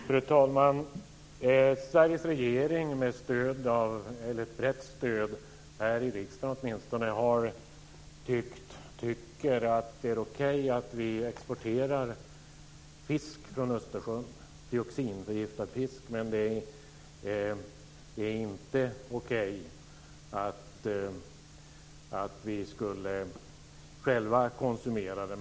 Fru talman! Sveriges regering tycker med ett brett stöd åtminstone här i riksdagen att det är okej att vi exporterar dioxinförgiftad fisk från Östersjön, men det är inte okej att vi själva skulle konsumera den.